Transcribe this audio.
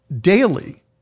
daily